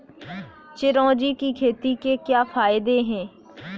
चिरौंजी की खेती के क्या फायदे हैं?